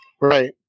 Right